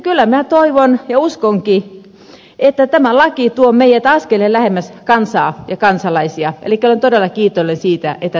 kyllä minä toivon ja uskonkin että tämä laki tuo meidät askeleen lähemmäs kansaa ja kansalaisia elikkä olen todella kiitollinen siitä että tätä asiaa on viety eteenpäin